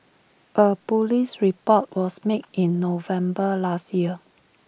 A Police report was made in November last year